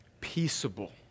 peaceable